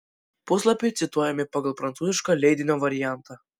puslapiai cituojami pagal prancūzišką leidinio variantą